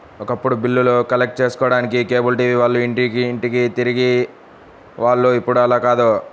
ఒకప్పుడు బిల్లులు కలెక్ట్ చేసుకోడానికి కేబుల్ టీవీ వాళ్ళు ఇంటింటికీ తిరిగే వాళ్ళు ఇప్పుడు అలా కాదు